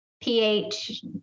pH